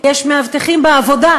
יש מאבטחים בעבודה,